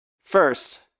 First